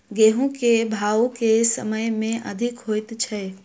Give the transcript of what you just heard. गेंहूँ केँ भाउ केँ समय मे अधिक होइ छै?